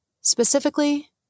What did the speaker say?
specifically